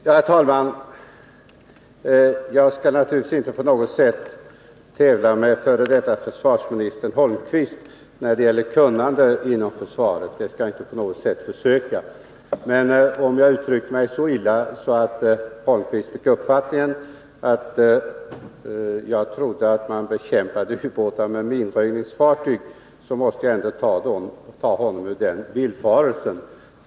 Herr talman! Jag skall naturligtvis inte på något sätt försöka att tävla med f. d. försvarsministern Holmqvist när det gäller kunnande om försvaret. Men uttryckte jag mig så illa att herr Holmqvist fick uppfattningen att jag tror att man bekämpar ubåtar med minröjningsfartyg, måste jag ta honom ur den villfarelsen.